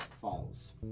falls